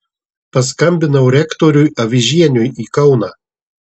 paskambinau rektoriui avižieniui į kauną